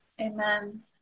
Amen